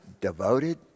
devoted